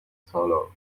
solo